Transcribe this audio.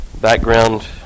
background